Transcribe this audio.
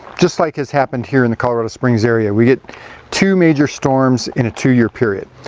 just like has happened here in the colorado springs area, we get two major storms in a two-year period,